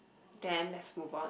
then let move on